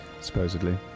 Supposedly